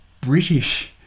British